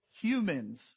humans